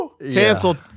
canceled